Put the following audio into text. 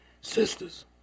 Sisters